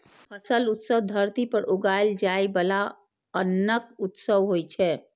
फसल उत्सव धरती पर उगाएल जाइ बला अन्नक उत्सव होइ छै